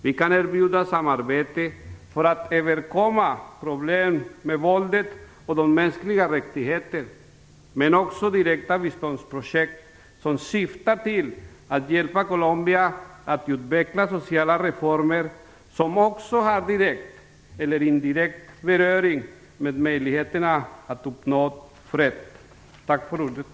Vi kan erbjuda samarbete för att överkomma problem med våldet och de mänskliga rättigheterna, men också direkta biståndsprojekt som syftar till att hjälpa Colombia att utveckla sociala reformer som också har direkt eller indirekt beröring med möjligheterna att uppnå fred. Tack för ordet!